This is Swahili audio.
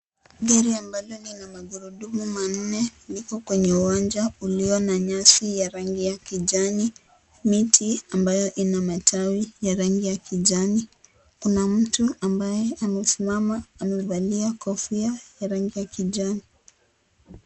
Gari ambalo lina magurudumu manne liko kwenye uwanja ulio na nyasi ya rangi ya kijani, miti ambayo ina matawi ya rangi ya kijani. Kuna mtu ambaye amesimama amevalia kofia ya rangi ya kijani.